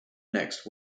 next